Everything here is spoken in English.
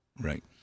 Right